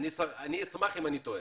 אני אשמח לטעות.